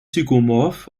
zygomorph